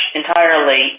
entirely